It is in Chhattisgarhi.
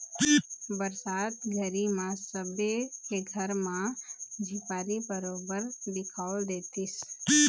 बरसात घरी म सबे के घर म झिपारी बरोबर दिखउल देतिस